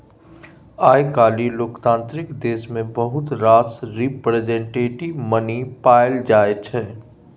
आइ काल्हि लोकतांत्रिक देश मे बहुत रास रिप्रजेंटेटिव मनी पाएल जाइ छै